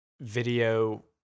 video